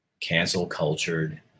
cancel-cultured